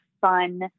fun